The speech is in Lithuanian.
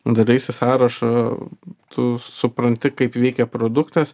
daraisi sąrašą tu supranti kaip veikia produktas